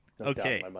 Okay